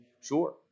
sure